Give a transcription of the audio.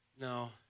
No